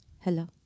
Hello